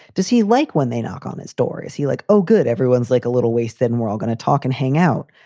does he like when they knock on his door? is he like, oh, good. everyone's like a little waste. then we're all gonna talk and hang out.